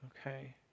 okay